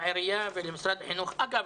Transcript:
אגב,